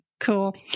Cool